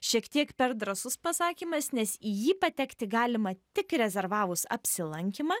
šiek tiek per drąsus pasakymas nes į jį patekti galima tik rezervavus apsilankymą